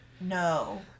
No